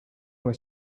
was